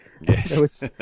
Yes